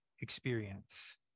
experience